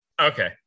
okay